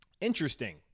Interesting